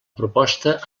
proposta